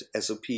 SOP